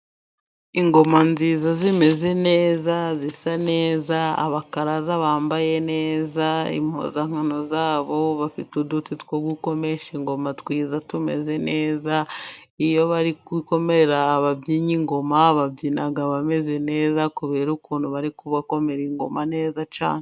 Ingoma nziza zimeze neza zisa neza, abakaraza bambaye neza impuzankano zabo bafite uduti two gumesha ingoma twiza tumeze neza, iyo bari gukomera ababyinnyi ingoma babyina bameze neza kubera ukuntu bari kubakomera ingoma neza cyane.